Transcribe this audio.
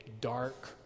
dark